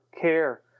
care